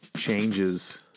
Changes